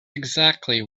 exactly